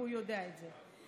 והוא יודע את זה.